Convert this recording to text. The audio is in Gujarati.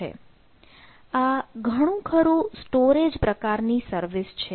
આ ઘણું ખરું સ્ટોરેજ પ્રકારની સર્વિસ છે